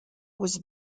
was